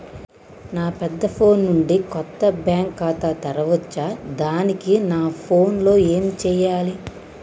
నా పెద్ద ఫోన్ నుండి కొత్త బ్యాంక్ ఖాతా తెరవచ్చా? దానికి నా ఫోన్ లో ఏం చేయాలి?